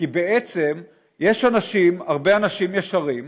כי יש הרבה אנשים ישרים,